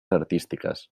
artístiques